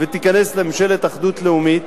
ותיכנס לממשלת אחדות לאומית.